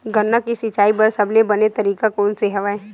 गन्ना के सिंचाई बर सबले बने तरीका कोन से हवय?